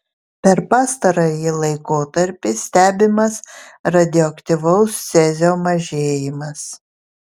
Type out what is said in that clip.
per pastarąjį laikotarpį stebimas radioaktyvaus cezio mažėjimas